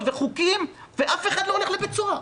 וחוקים ואף אחד לא הולך לבית הסוהר.